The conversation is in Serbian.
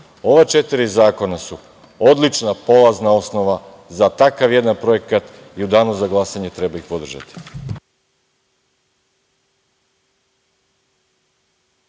Ova četiri zakona su odlična polazna osnova za takav jedan projekat i u danu za glasanje treba ih podržati.